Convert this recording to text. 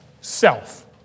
Self